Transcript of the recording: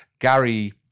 Gary